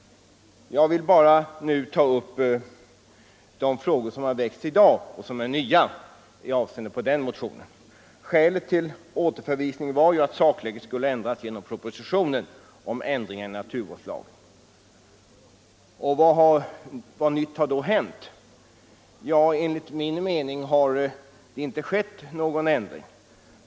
Jag vill bara nu ta upp de frågor som har väckts i dag och som är nya i avseende på den motionen. Skälet till återförvisningen var att sakläget skulle förändras genom propositionen om ändringar i naturvårdslagen. Vad nytt har då hänt? Ja, enligt min mening har det inte skett någon ändring alls.